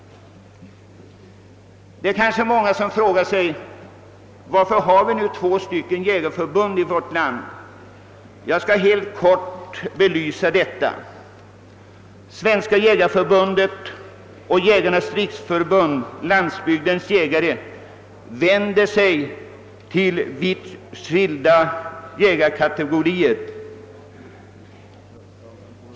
Många frågar sig kanske varför vi har två jägarförbund i vårt land. Jag skall helt kort belysa denna fråga. Svenska jägareförbundet och Jägarnas. riksförbund-Landsbygdens jägare vänder sig till vitt skilda jägarkategorier.